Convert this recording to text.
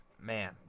man